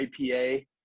IPA